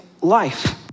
life